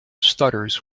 stutters